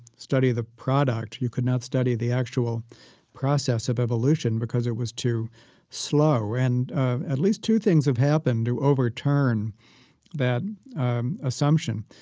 study the product. you could not study the actual process of evolution because it was too slow. and at least two things have happened to overturn that assumption.